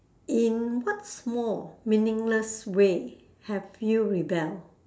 in what small meaningless way have you rebel